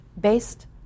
based